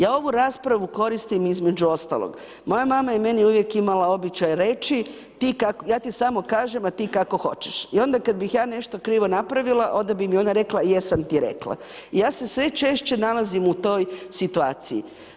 Ja ovu raspravu koristim između ostalog, moja mama je meni uvijek imala običaj reći Ja ti samo kažem, a ti kako hoćeš.>, i onda kad bih ja nešto krivo napravila, onda bi mi ona rekla Jesam ti rekla>, i ja se sve češće nalazim u toj situaciji.